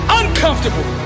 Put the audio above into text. uncomfortable